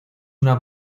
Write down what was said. una